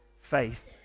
faith